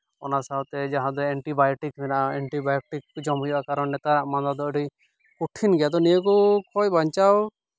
ᱚᱱᱟ ᱥᱟᱶᱛᱮ ᱡᱟᱦᱟᱸ ᱫᱚ ᱮᱱᱴᱤᱵᱟᱭᱳᱴᱤᱠ ᱢᱮᱱᱟᱜᱼᱟ ᱚᱱᱟ ᱮᱱᱴᱤᱵᱟᱭᱳᱴᱤᱠ ᱠᱚ ᱡᱚᱢ ᱦᱩᱭᱩᱜᱼᱟ ᱠᱟᱨᱚᱱ ᱱᱮᱛᱟᱨᱟᱜ ᱢᱟᱸᱫᱟ ᱫᱚ ᱟᱹᱰᱤ ᱠᱚᱴᱷᱤᱱ ᱜᱮᱭᱟ ᱟᱫᱚ ᱱᱤᱭᱟᱹ ᱠᱚ ᱠᱷᱚᱡ ᱵᱟᱧᱪᱟᱣ